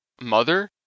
mother